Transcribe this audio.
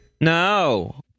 No